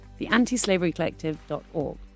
theantislaverycollective.org